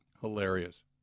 hilarious